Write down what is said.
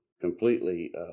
completely